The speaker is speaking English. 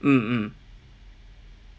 mm mm